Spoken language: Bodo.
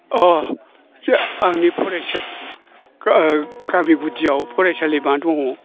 अ आंनि फरायसा गामिनि गुदियाव फरायसालिमा दङ